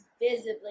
visibly